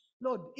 Lord